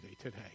today